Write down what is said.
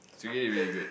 it's really really good